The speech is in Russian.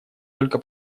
только